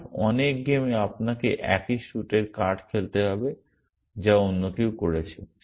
তাই অনেক গেমে আপনাকে একই স্যুটের কার্ড খেলতে হবে যা অন্য কেউ করেছে